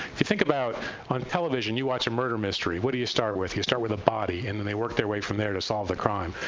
you think about on television, you watch a murder mystery. what do you start with? you start with a body, and then they work their way from there to solve the crime.